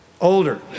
older